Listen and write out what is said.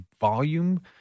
volume